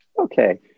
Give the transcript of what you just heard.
Okay